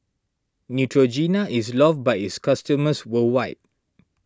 Neutrogena is loved by its customers worldwide